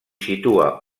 situa